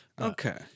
Okay